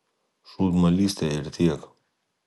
šūdmalystė ir tiek